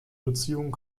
beziehung